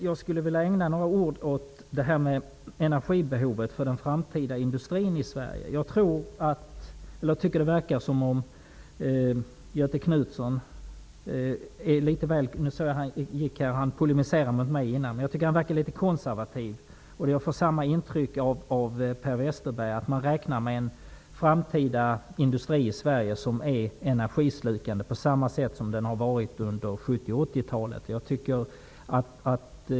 Jag skulle vilja ägna några ord åt energibehovet för den framtida industrin i Sverige. Jag såg att Göthe Knutson nu gick härifrån, men han polemiserade mot mig tidigare. Jag tycker att han verkar vara litet konservativ. Jag får samma intryck av Per Westerberg. Man räknar med en framtida industri i Sverige som är energislukande på samma sätt som den var under 70 och 80-talet.